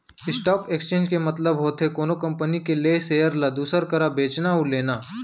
stock exchange के मतलब होथे कोनो कंपनी के लेय सेयर ल दूसर करा बेचना अउ लेना